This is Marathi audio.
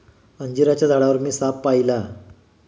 अंजिराच्या झाडावर मी साप पाहिला